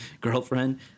girlfriend